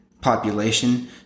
population